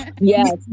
Yes